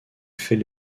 fait